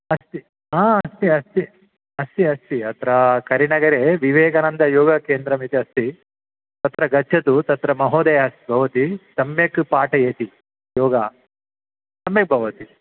अस्ति हा अस्ति अस्ति अस्ति अस्ति अत्र गिरिनगरे विवेकानन्दयोगकेन्द्रम् इति अस्ति तत्र गच्छतु तत्र महोदयः अस् भवति सम्यक् पाठयति योगं सम्यक् भवति